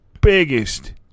biggest